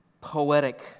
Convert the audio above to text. poetic